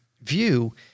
view